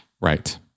Right